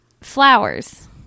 Flowers